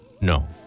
No